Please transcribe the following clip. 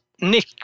Nick